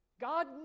God